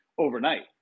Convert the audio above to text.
overnight